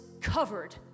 covered